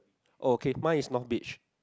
oh okay mine is north beach